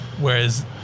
Whereas